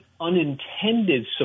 unintended